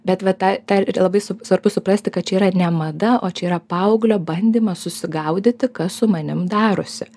bet va tą tą ir labai su svarbu suprasti kad čia yra ne mada o čia yra paauglio bandymas susigaudyti kas su manim darosi